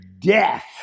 death